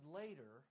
later